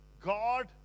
God